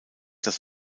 das